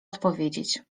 odpowiedzieć